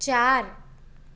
चार